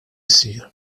issir